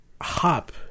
hop